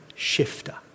Shifter